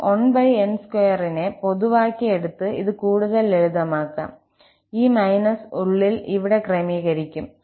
ഒപ്പം 1𝑛2 നെ പൊതുവാക്കി എടുത്ത് നമുക്ക് ഇത് കൂടുതൽ ലളിതമാക്കാം ഈ ′−′ ഉള്ളിൽ ഇവിടെ ക്രമീകരിക്കും